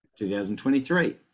2023